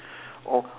or